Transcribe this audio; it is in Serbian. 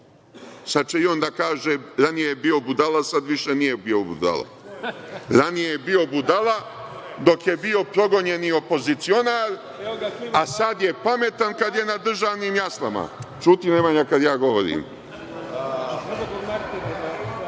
Sad će i on da kaže, ranije je bio budala, sad više nije bio budala. Ranije je bio budala dok je bio progonjeni opozicionar, a sad je pametan kad je na državnim jaslama. Ćuti Nemanja, kad ja govorim. Kako